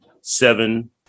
seven